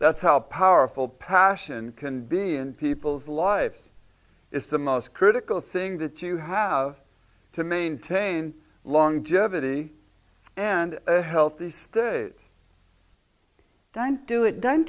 that's how powerful passion can be in people's lives is the most critical thing that you have to maintain long jeopardy and healthy don't do it don't